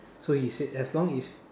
so he said as long if